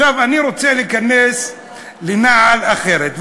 עכשיו אני רוצה להיכנס לנעל אחרת,